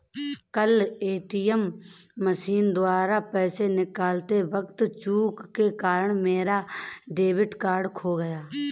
कल ATM machine द्वारा पैसे निकालते वक़्त चूक के कारण मेरा डेबिट कार्ड खो गया